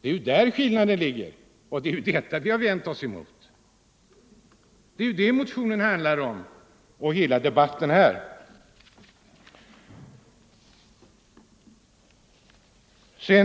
Det är där skillnaden ligger. Det är detta vi har vänt oss emot, och om detta handlar motionen och debatten i dag.